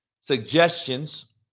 suggestions